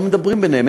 לא מדברים ביניהם,